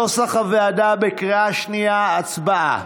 נוסח הוועדה בקריאה שנייה, הצבעה.